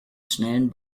schnellen